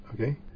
okay